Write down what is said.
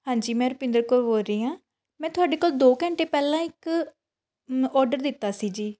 ਹਾਂਜੀ ਮੈਂ ਰੁਪਿੰਦਰ ਕੌਰ ਬੋਲ ਰਹੀ ਹਾਂ ਮੈਂ ਤੁਹਾਡੇ ਕੋਲ ਦੋ ਘੰਟੇ ਪਹਿਲਾਂ ਇੱਕ ਔਡਰ ਦਿੱਤਾ ਸੀ ਜੀ